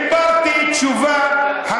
דיברת כל כך יפה, מה את מסוגלת לענות.